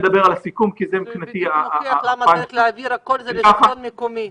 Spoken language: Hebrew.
זה רק מוכיח למה צריך להעביר הכול לשלטון המקומי.